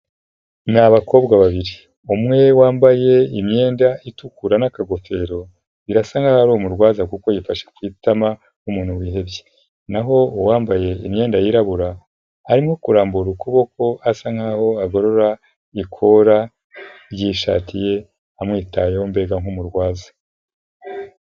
Ni abakobwa babiri, umwe wambaye imyenda itukura n'akagofero birasa nk'aho ari umurwaza kuko yifashe ku itama nk'umuntu wihebye, naho uwambaye imyenda yirabura arimo kurambura ukuboko asa nk'aho agorora ikora ry'ishati ye amwitayeho mbega nk'umurwaza